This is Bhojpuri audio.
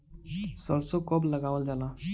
सरसो कब लगावल जाला?